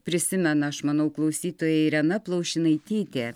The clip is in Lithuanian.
prisimena aš manau klausytojai irena plaušinaitytė